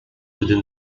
within